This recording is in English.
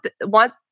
want